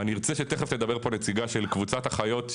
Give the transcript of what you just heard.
ואני ארצה שתכף תדבר פה נציגה של קבוצת אחיות,